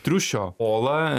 triušio olą